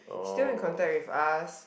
still in contact with us